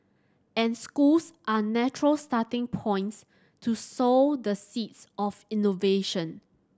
and schools are natural starting points to sow the seeds of innovation